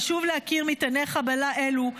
חשוב להכיר מטעני חבלה אלו.